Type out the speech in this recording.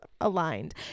aligned